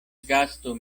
gasto